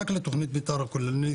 רק לתכנית מתאר כוללנית,